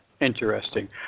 interesting